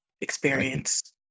experience